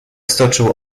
stoczył